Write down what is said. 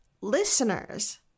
listeners